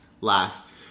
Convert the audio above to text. last